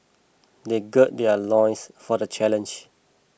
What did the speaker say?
they gird their loins for the challenge